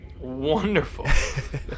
Wonderful